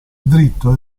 dritto